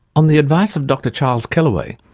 on the advice of dr charles kellaway,